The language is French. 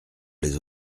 les